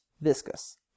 viscous